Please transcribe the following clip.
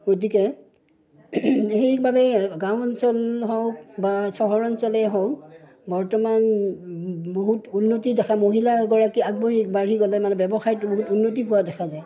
গতিকে সেইবাবেেই গাঁও অঞ্চল হওক বা চহৰ অঞ্চলেই হওক বৰ্তমান বহুত উন্নতি দেখা মহিলা এগৰাকী আগবঢ়ি বাঢ়ি গ'লে মানে ব্যৱসায়টো বহুত উন্নতি পোৱা দেখা যায়